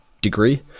degree